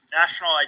national